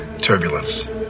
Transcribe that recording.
Turbulence